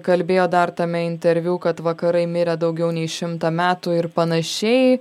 kalbėjo dar tame interviu kad vakarai mirė daugiau nei šimtą metų ir panašiai